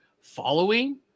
following